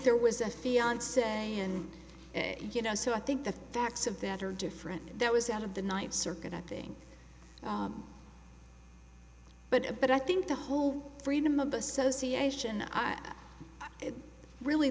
there was a fiance and you know so i think the facts of that are different that was out of the night circumventing but a but i think the whole freedom of association is really